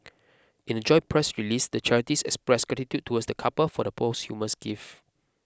in a joint press release the charities expressed gratitude towards the couple for the posthumous gift